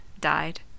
died